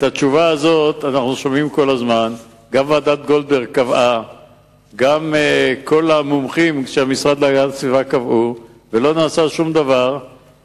1. מאז חודש יולי 2009 המשכורות שולמו כסדרן,